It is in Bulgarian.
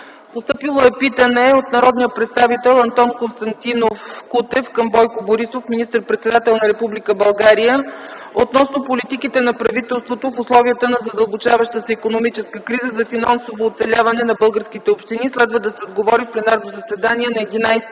Постъпило е питане от народния представител Антон Константинов Кутев към Бойко Борисов – министър-председател на Република България, относно политиките на правителството в условията на задълбочаваща се икономическа криза за финансово оцеляване на българските общини. Следва да се отговори в пленарното заседание на 11